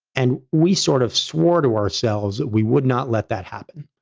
and we sort of swore to ourselves that we would not let that happen,